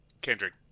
Kendrick